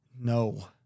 No